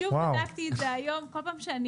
שוב בדקתי את זה היום, כל פעם שאני